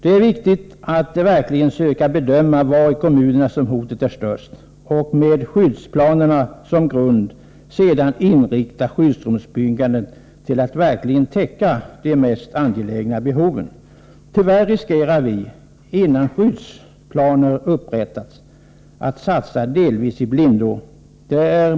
Det är viktigt att verkligen söka bedöma var i kommunerna hotet är störst och att därefter, med skyddsplanerna som grund, inrikta skyddsrumsbyggandet på att verkligen täcka de mest angelägna behoven. Tyvärr riskerar vi — innan skyddsplaner har upprättats — att satsa delvis i blindo.